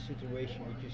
situation